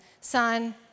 son